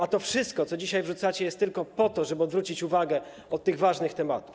A to wszystko, co dzisiaj wrzucacie, jest tylko po to, żeby odwrócić uwagę od tych ważnych tematów.